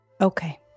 okay